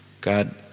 God